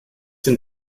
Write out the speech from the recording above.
den